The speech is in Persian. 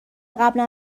قبلا